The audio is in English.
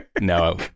No